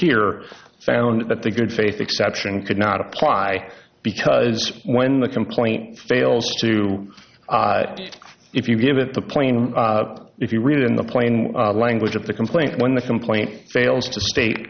here found that the good faith exception could not apply because when the complaint fails to if you give it the play and if you read in the plain language of the complaint when the complaint fails to state